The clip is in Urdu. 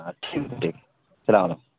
ہاں ٹھیک ٹھیک سلام علیکم